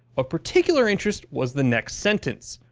of particular interest was the next sentence.